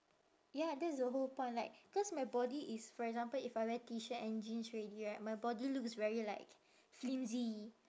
ya that's the whole point like cause my body is for example if I wear T shirt and jeans already right my body looks very like flimsy